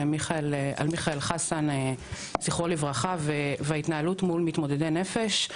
מיכאל חסן ז"ל וההתנהלות מול מתמודדי נפש.